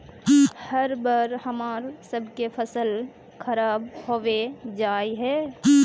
हर बार हम्मर सबके फसल खराब होबे जाए है?